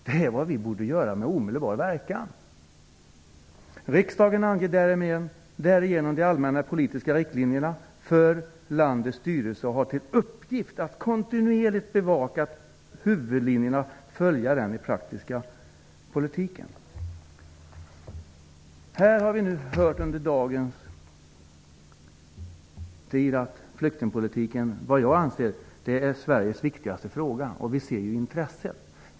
Det borde vi göra med omedelbar verkan. Riksdagen anger därigenom de allmänna politiska riktlinjerna för landets styrelse och har till uppgift att kontinuerligt bevaka huvudlinjerna och följa dem i den praktiska politiken. Under dagens debatt har vi fått höra att flyktingpolitiken är Sveriges viktigaste fråga, och det anser jag också. Vi ser hur det är med intresset.